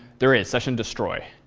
there is, session destroy.